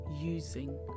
using